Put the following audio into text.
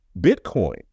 Bitcoin